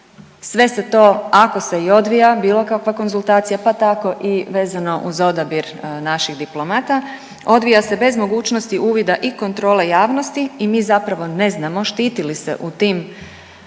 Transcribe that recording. Sve se to ako se i odvija bilo kakva konzultacija, pa tako i vezano uz odabir naših diplomata odvija se bez mogućnosti uvida i kontrole javnosti i mi zapravo ne znamo štiti li se u tim pregovorima